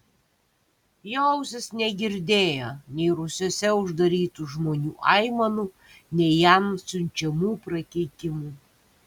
jo ausys negirdėjo nei rūsiuose uždarytų žmonių aimanų nei jam siunčiamų prakeikimų